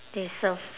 they serve